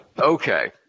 Okay